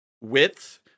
width